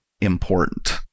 important